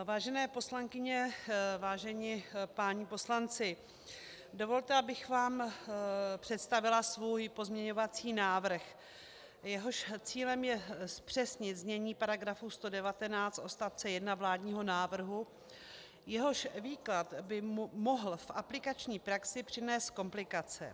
Vážené poslankyně, vážení páni poslanci, dovolte, abych vám představila svůj pozměňovací návrh, jehož cílem je zpřesnit znění § 119 odst. 1 vládního návrhu, jehož výklad by mohl v aplikační praxi přinést komplikace.